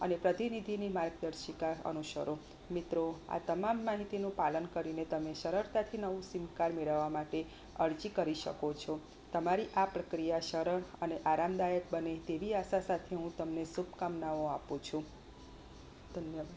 અને પ્રતિનિધિની માર્ગદર્શિકા અનુસરો મિત્રો આ તમામ માહિતીનું પાલન કરીને તમે સરળતાથી નવું સીમ કાર્ડ મેળવવા માટે અરજી કરી શકો છો તમારી આ પ્રક્રિયા સરળ અને આરામદાયક બને તેવી આશા સાથે હું તમને શુભકામનાઓ આપું છું ધન્યવાદ